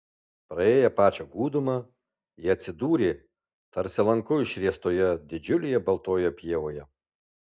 praėję pačią gūdumą jie atsidūrė tarsi lanku išriestoje didžiulėje baltoje pievoje